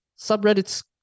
subreddits